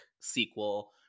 sequel